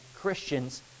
Christians